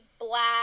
black